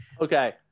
Okay